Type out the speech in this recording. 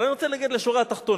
אבל אני רוצה להגיע לשורה התחתונה.